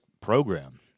program